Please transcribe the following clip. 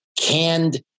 canned